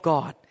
God